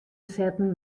setten